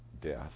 death